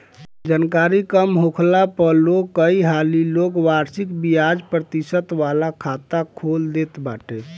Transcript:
जानकरी कम होखला पअ लोग कई हाली लोग वार्षिक बियाज प्रतिशत वाला खाता खोल देत बाटे